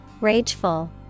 rageful